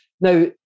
Now